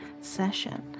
session